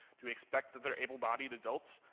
do we expect that they're able bodied adults,